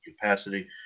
capacity